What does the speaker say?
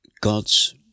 God's